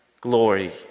glory